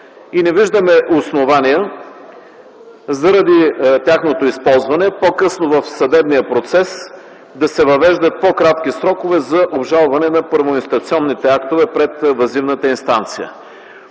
и не виждаме основания заради тяхното използване по-късно в съдебния процес да се въвеждат по-кратки срокове за обжалване на първоинстанционните актове през